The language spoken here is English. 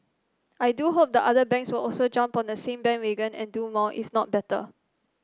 I do hope that other banks will also jump on the same bandwagon and do more if not better